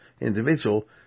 individual